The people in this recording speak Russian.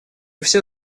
все